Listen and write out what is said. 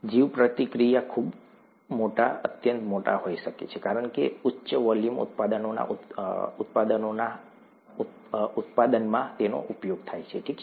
જીવપ્રતિક્રિયા ખૂબ મોટા અત્યંત મોટા હોઈ શકે છે કારણ કે ઉચ્ચ વોલ્યુમ ઉત્પાદનોના ઉત્પાદનમાં ઉપયોગ થાય છે ઠીક છે